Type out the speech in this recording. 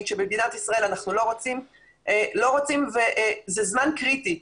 שבמדינת ישראל אנחנו לא רוצים וזה זמן קריטי,